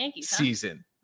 season